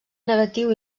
negatiu